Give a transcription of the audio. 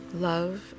Love